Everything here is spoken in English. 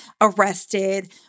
arrested